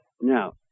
Now